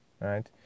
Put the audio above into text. right